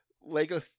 Lego